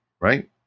right